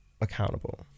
accountable